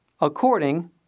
according